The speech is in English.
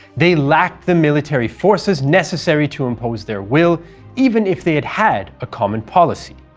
they lacked the military forces necessary to impose their will even if they had had a common policy.